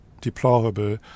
deplorable